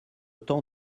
temps